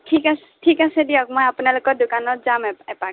ঠিক আছে ঠিক আছে দিয়ক মই আপোনালোকৰ দোকানত যাম এপাক